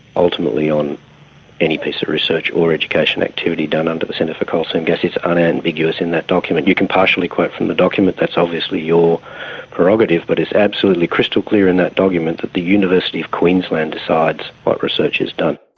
ultimately, on any piece of research or education activity done under the centre for coal seam gas. it's unambiguous in that document. you can partially quote from the document, that's obviously your prerogative, but it's absolutely crystal clear in that document that the university of queensland decides what research is done.